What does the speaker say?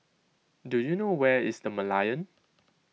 do you know where is the Merlion